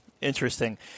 interesting